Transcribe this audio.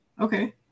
Okay